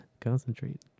concentrate